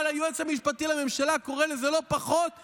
והיועץ המשפטי לממשלה קורא לזה לא פחות מהמרדה.